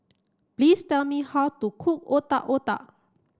please tell me how to cook Otak Otak